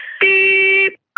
Beep